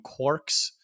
Quarks